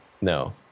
No